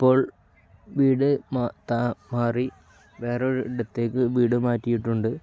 ഇപ്പോൾ വീടു മാറി വേറൊരു ഇടത്തേക്കു വീടു മാറ്റിയിട്ടുണ്ട്